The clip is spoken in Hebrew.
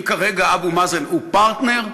אם כרגע אבו מאזן הוא פרטנר,